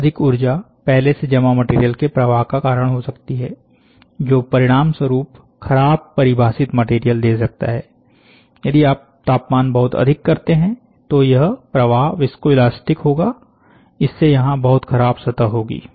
बहुत अधिक ऊर्जा पहले से जमा मटेरियल के प्रवाह का कारण हो सकती है जो परिणाम स्वरूप खराब परिभाषित मटेरियल दे सकता है यदि आप तापमान बहुत अधिक करते हैं तो यह प्रवाह विस्कोइलास्टिक होगा इससे यहां बहुत खराब सतह होगी